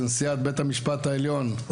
והיא נשיאת בית המשפט העליון,